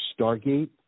Stargate